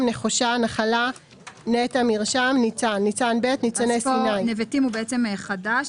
נחושה נחלה נטע (מרשם) ניצן ניצן ב' נבטים הוא בעצם חדש.